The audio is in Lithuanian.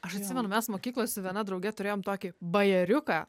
aš atsimenu mes mokykloj su viena drauge turėjom tokį bajeriuką